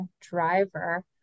driver